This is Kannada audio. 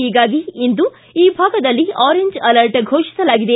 ಹೀಗಾಗಿ ಇಂದು ಈ ಭಾಗದಲ್ಲಿ ಆರೆಂಜ್ ಅಲರ್ಟ್ ಘೋಷಿಸಲಾಗಿದೆ